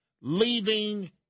leaving